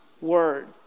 word